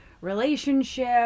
relationship